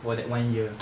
for that one year